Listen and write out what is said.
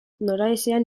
noraezean